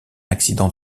accident